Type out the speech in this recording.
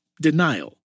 denial